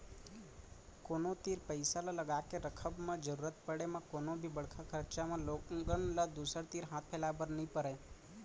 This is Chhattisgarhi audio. कोनो तीर पइसा ल लगाके रखब म जरुरत पड़े म कोनो भी बड़का खरचा म लोगन ल दूसर तीर हाथ फैलाए बर नइ परय